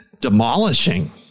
demolishing